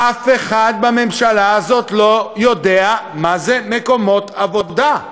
אף אחד בממשלה הזאת לא יודע מה זה מקומות עבודה,